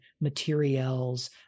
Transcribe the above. materials